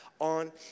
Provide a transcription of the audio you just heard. on